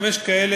יש כאלה